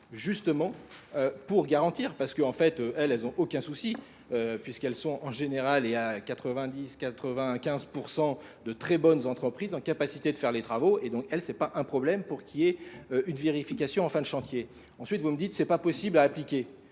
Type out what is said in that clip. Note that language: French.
bâtiment. pour garantir parce qu'en fait elles n'ont aucun souci puisqu'elles sont en général et à 90-95% de très bonnes entreprises en capacité de faire les travaux et donc elle c'est pas un problème pour qu'il y ait une vérification en fin de chantier. Ensuite vous me dites c'est pas possible à appliquer.